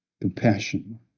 Compassion